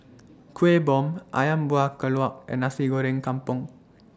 Kueh Bom Ayam Buah Keluak and Nasi Goreng Kampung